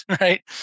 right